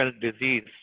disease